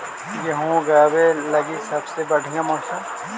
गेहूँ ऊगवे लगी सबसे बढ़िया मौसम?